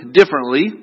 differently